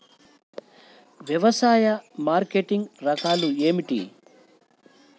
వ్యవసాయ మార్కెటింగ్ రకాలు ఏమిటి?